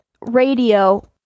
radio